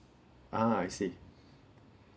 ah I see